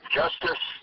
justice